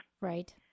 Right